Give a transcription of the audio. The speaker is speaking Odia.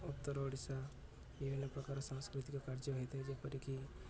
ଉତ୍ତର ଓଡ଼ିଶା ବିଭିନ୍ନ ପ୍ରକାର ସାଂସ୍କୃତିକ କାର୍ଯ୍ୟ ହୋଇଥାଏ ଯେପରିକି